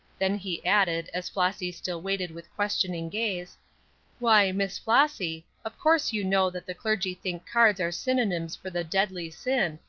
then he added, as flossy still waited with questioning gaze why, miss flossy, of course you know that the clergy think cards are synonyms for the deadly sin,